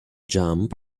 jump